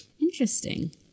Interesting